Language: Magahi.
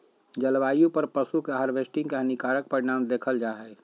जलवायु पर पशु के हार्वेस्टिंग के हानिकारक परिणाम देखल जा हइ